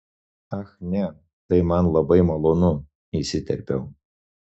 ach ne tai man labai malonu įsiterpiau